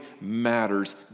matters